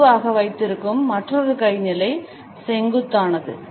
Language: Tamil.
பொதுவாக வைத்திருக்கும் மற்றொரு கை நிலை செங்குத்தானது